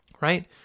right